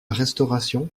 restauration